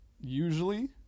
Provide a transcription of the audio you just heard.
usually